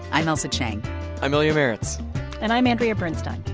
i'm ailsa chang i'm ilya marritz and i'm andrea bernstein.